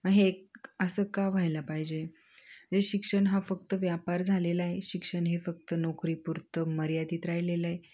हे एक असं का व्हायला पाहिजे जे शिक्षण हा फक्त व्यापार झालेला आहे शिक्षण हे फक्त नोकरीपुरतं मर्यादित राहिलेलं आहे